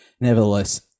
nevertheless